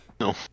No